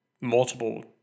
multiple